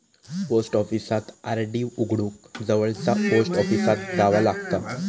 post ऑफिसात RD उघडूक जवळचा पोस्ट ऑफिसात जावा लागता